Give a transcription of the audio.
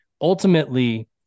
Ultimately